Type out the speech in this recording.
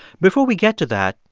before we get to that,